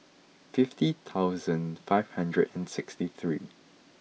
fifty thousand five hundred and sixty three